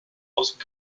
ausdruck